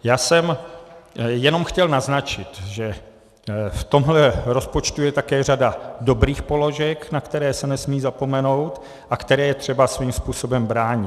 Já jsem jenom chtěl naznačit, že v tomhle rozpočtu je také řada dobrých položek, na které se nesmí zapomenout a které je třeba svým způsobem bránit.